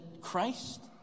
Christ